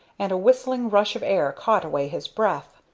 and a whistling rush of air caught away his breath.